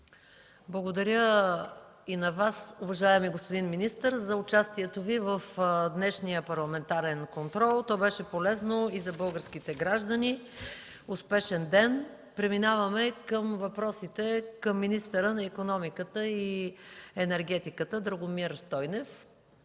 Благодаря и на Вас, уважаеми господин министър, за участието Ви в днешния парламентарен контрол. То беше полезно и за българските граждани. Успешен ден! Преминаваме към въпросите към министъра на икономиката и енергетиката Драгомир Стойнев.